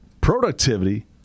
productivity